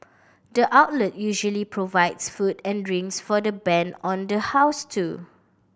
the outlet usually provides food and drinks for the band on the house too